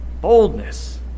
Boldness